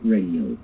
Radio